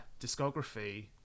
discography